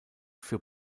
für